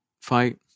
fight